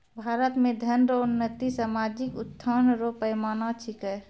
भारत मे धन रो उन्नति सामाजिक उत्थान रो पैमाना छिकै